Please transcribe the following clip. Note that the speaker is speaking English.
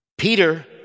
Peter